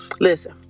Listen